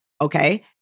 Okay